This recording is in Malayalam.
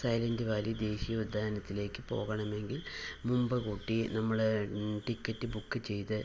സൈലൻറ് വാലി ദേശീയ ഉദ്യാനത്തിലേക്ക് പോകണമെങ്കിൽ മുമ്പ് കൂട്ടി നമ്മള് ടിക്കറ്റ് ബുക്ക് ചെയ്ത്